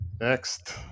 Next